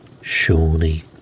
Surely